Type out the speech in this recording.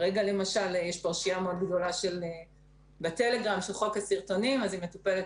כרגע יש פרשיה גדולה מאוד בטלגרם של חוק הסרטונים אז היא מטופלת